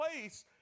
place